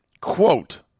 quote